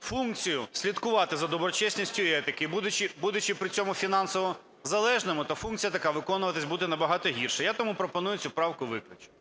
функцію слідкувати за доброчесністю і етикою і будучи при цьому фінансово залежними, то функція така виконуватися буде набагато гірше. Я тому пропоную цю правку виключити.